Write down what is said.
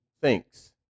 thinks